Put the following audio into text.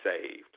saved